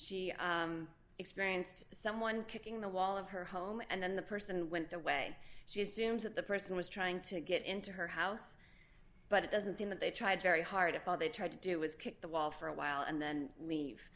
she experienced someone kicking the wall of her home and then the person went away she seems that the person was trying to get into her house but it doesn't seem that they tried very hard if all they tried to do was kick the wall for a while and then